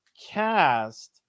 cast